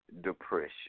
depression